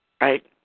Right